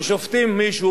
שופטים מישהו,